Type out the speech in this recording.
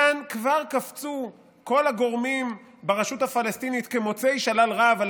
כאן כבר קפצו כל הגורמים ברשות הפלסטינית כמוצאי שלל רב על